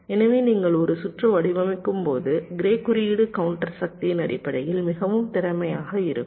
எனவே நீங்கள் ஒரு சுற்று வடிவமைக்கும்போது க்ரே குறியீடு கவுண்டர் சக்தியின் அடிப்படையில் மிகவும் திறமையாக இருக்கும்